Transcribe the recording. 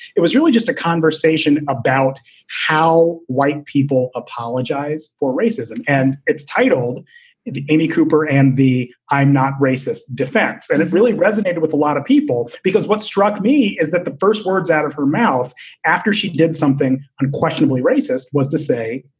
it was really just a conversation about how white people apologize for racism. and it's titled amy cooper and the i'm not racist defense. and it really resonated with a lot of people because what struck me is that the first words out of her mouth after she did something unquestionably racist was to say,